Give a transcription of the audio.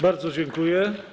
Bardzo dziękuję.